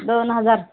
दोन हजार